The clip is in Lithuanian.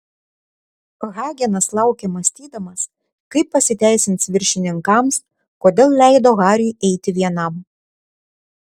hagenas laukė mąstydamas kaip pasiteisins viršininkams kodėl leido hariui eiti vienam